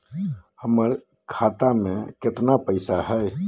हमर खाता मे केतना पैसा हई?